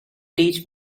teach